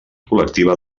col·lectiva